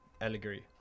allegory